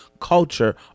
culture